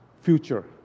future